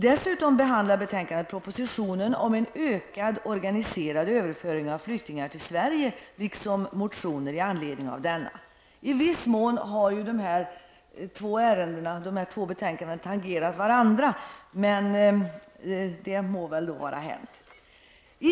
Dessutom behandlas i betänkandet propositionen om en ökad organiserad överföring av flyktingar till Sverige liksom motioner i anledning av denna. I viss mån har dessa två betänkanden tangerat varandra, men det må väl då vara hänt.